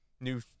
new